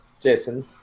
Jason